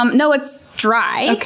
um no, it's dry.